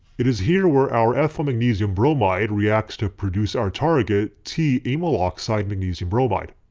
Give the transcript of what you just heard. it is here where our ethylmagnesium bromide reacts to produce our target t-amyloxy magnesium bromide.